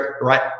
right